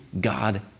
God